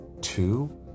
Two